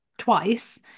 Twice